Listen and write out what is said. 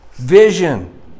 vision